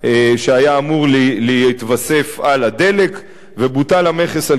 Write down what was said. שהיה אמור להתווסף על הדלק ובוטל המכס על